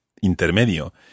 intermedio